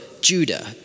Judah